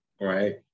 Right